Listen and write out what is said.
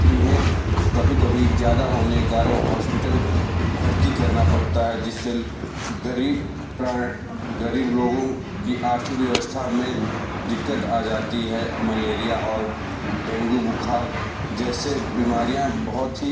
इन्हें कभी कभी ज़्यादा होने कारण हॉस्पिटल भर्ती करना पड़ता है जिससे गरीब प्रा गरीब लोगों की आर्थिक व्यवस्था में दिक्कत आ जाती है मलेरिया और डेंगू बुखार जैसे बीमारियाँ बहुत ही